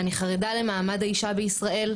אני חרדה למעמד האישה בישראל,